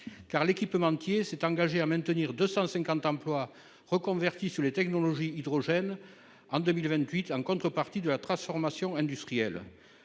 l'équipementier s'est engagé à maintenir 250 emplois reconvertis dans les technologies à hydrogène en 2028, en contrepartie de la transformation industrielle.